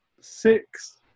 six